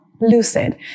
lucid